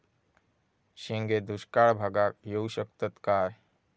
शेंगे दुष्काळ भागाक येऊ शकतत काय?